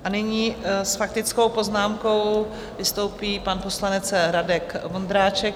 A nyní s faktickou poznámkou vystoupí pan poslanec Radek Vondráček.